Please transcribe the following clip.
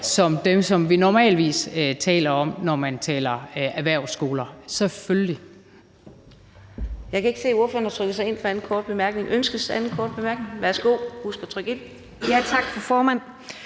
som dem, som vi normalt taler om, når vi taler erhvervsskoler. Selvfølgelig